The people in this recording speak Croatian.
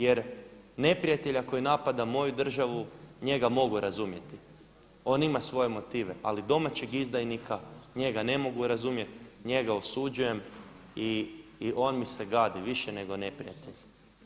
Jer neprijatelj ako i napada moju državu njega mogu razumjeti, on ima svoje motive, ali domaćeg izdajnika, njega ne mogu razumjeti, njega osuđujem i on mi se gadi više nego neprijatelj.